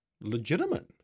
legitimate